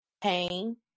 pain